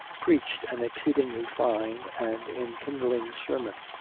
preached an exceedingly fine and enkindling sermon.